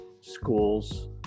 schools